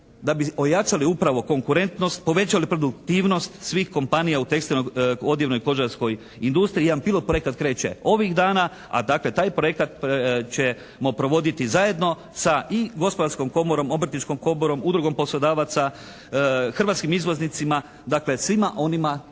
da bi ojačali upravo konkurentnost, povećali produktivnost svih kompanija u tekstilnoj, odjevnoj kožarskoj industriji. Jedan pilot projekat kreće ovih dana, a dakle taj projekat ćemo provoditi zajedno sa i Gospodarskom komorom, Obrtničkom komorom, Udrugom poslodavaca, hrvatskim izvoznicima, dakle svima onima